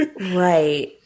right